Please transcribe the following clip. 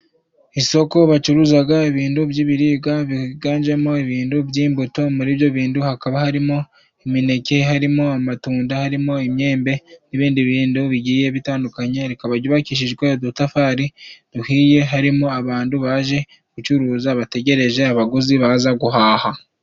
Isoko bacuruzaga ibintu by'ibiribwa byiganjemo ibintu by'imbuto, muri byo bintu hakaba harimo imineke, harimo amatunda, harimo imyembe n'ibindi bintu bigiye bitandukanye, rikaba ryukishijwe udutafari duhiye, harimo abantu baje gucuruza bategereje abaguzi baza guhaha.